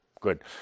good